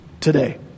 today